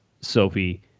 Sophie